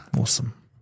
Awesome